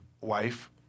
wife